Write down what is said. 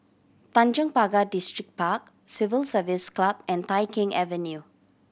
Tanjong Pagar Distripark Civil Service Club and Tai Keng Avenue